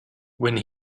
when